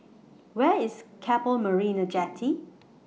Where IS Keppel Marina Jetty